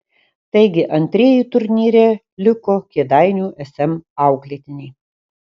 taigi antrieji turnyre liko kėdainių sm auklėtiniai